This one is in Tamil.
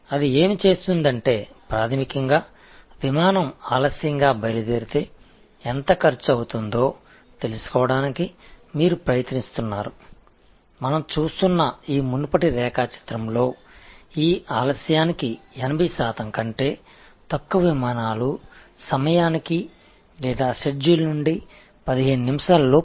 அது என்ன செய்வது அடிப்படையில் புறப்படுவது தாமதமானால் இந்த முந்தைய வரைபடத்தில் நாம் பார்த்த விலை என்ன என்பதை நீங்கள் கண்டுபிடிக்க முயற்சிக்கிறீர்கள் இந்த தாமதங்கள் 80 சதவிகிதத்திற்கும் குறைவான விமானங்கள் சரியான நேரத்தில் அல்லது திட்டமிடப்பட்ட 15 நிமிடங்களுக்குள் புறப்பட்டன